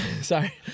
Sorry